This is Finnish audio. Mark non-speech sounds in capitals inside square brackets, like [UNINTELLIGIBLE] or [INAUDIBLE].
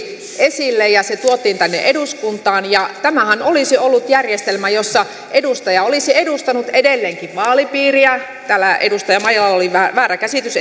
esille ja se tuotiin tänne eduskuntaan tämähän olisi ollut järjestelmä jossa edustaja olisi edustanut edelleenkin vaalipiiriään täällä edustaja maijalalla oli väärä käsitys [UNINTELLIGIBLE]